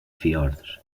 fiords